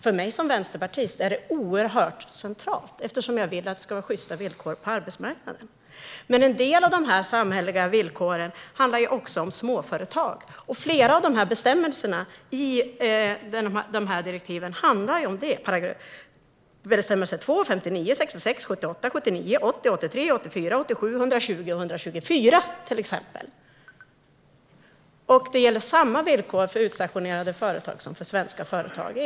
För mig som vänsterpartist är detta oerhört centralt, eftersom jag vill att det ska vara sjysta villkor på arbetsmarknaden. Men en del av de här samhälleliga villkoren handlar också om småföretag. Det gäller flera av bestämmelserna i direktiven, till exempel bestämmelserna 2, 59, 66, 78, 79, 80, 83, 84, 87, 120 och 124. I enlighet med propositionen gäller samma villkor för utstationerade företag som för svenska företag.